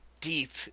deep